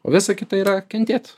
o visa kita yra kentėt